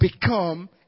become